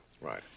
Right